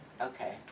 Okay